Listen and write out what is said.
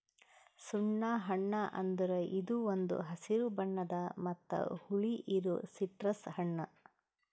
ಸುಣ್ಣ ಹಣ್ಣ ಅಂದುರ್ ಇದು ಒಂದ್ ಹಸಿರು ಬಣ್ಣದ್ ಮತ್ತ ಹುಳಿ ಇರೋ ಸಿಟ್ರಸ್ ಹಣ್ಣ